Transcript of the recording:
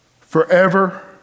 forever